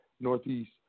Northeast